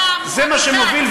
זה מה שמוביל,